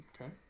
Okay